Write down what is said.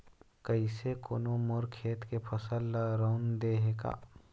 कइसे कोनो मोर खेत के फसल ल रंउद दे हे का?